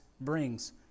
brings